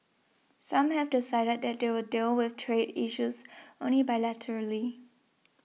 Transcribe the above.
some have decided that they will deal with trade issues only bilaterally